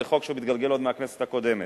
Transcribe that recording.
זה חוק שמתגלגל עוד מהכנסת הקודמת.